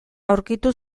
aurkitu